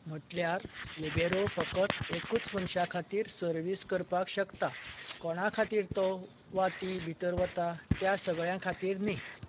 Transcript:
म्हणल्यार लिबेरो फकत एकूच मनशा खातीर सर्विस करपाक शकता कोणा खातीर तो वा ती भितर वता त्या सगळ्यां खातीर न्हय